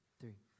three